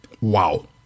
wow